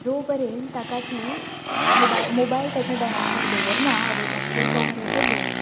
जो पर्यंत ताका तीं मोबायल मोबायल ताच्या दोळ्या मुखार दवरना आवय बापूय तो मेरेन तो जेवना